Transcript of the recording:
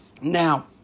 Now